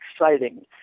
exciting